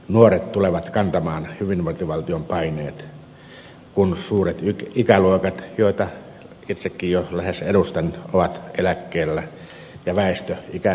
nuoret tulevat kantamaan hyvinvointivaltion paineet kun suuret ikäluokat joita itsekin jo lähes edustan ovat eläkkeellä ja väestö ikääntyy vauhdilla